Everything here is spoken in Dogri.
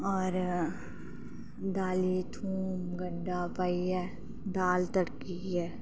और दाली च थोम गढा पाइयै दाल तड़कियै